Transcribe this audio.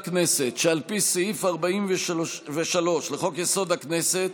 שעל פי סעיף 43 לחוק-יסוד: הכנסת,